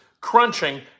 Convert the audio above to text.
crunching